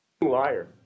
liar